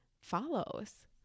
follows